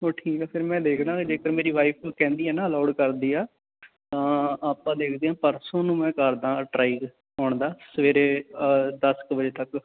ਚਲੋ ਠੀਕ ਆ ਫਿਰ ਮੈਂ ਦੇਖਦਾ ਜੇਕਰ ਮੇਰੀ ਵਾਈਫ ਕਹਿੰਦੀ ਹੈ ਨਾ ਅਲਾਊਡ ਕਰਦੀ ਆ ਹਾਂ ਆਪਾਂ ਦੇਖਦੇ ਹਾਂ ਪਰਸੋਂ ਨੂੰ ਮੈਂ ਕਰਦਾ ਟਰਾਈ ਆਉਣ ਦਾ ਸਵੇਰੇ ਦਸ ਕੁ ਵਜੇ ਤੱਕ